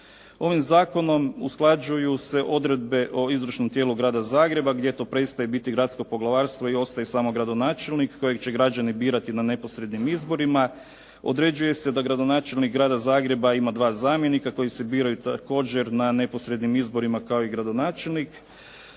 Ovim zakonom usklađuju se odredbe o izvršnom tijelu Grada Zagreba gdje to prestaje biti Gradsko poglavarstvo i ostaje samo gradonačelnik kojeg će građani birati na neposrednim izborima, određuje se da gradonačelnik Grada Zagreba ima dva zamjenika koji se biraju također na neposrednim izborima kao i gradonačelnik